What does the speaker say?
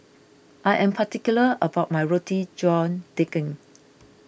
I am particular about my Roti John Daging